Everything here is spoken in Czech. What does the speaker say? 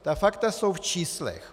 Ta fakta jsou v číslech.